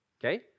Okay